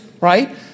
right